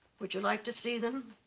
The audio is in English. would you like to see them?